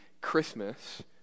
Christmas